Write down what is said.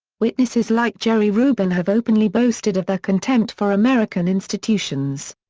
witnesses like jerry rubin have openly boasted of their contempt for american institutions.